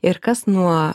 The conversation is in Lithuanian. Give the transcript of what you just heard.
ir kas nuo